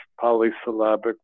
polysyllabic